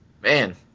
Man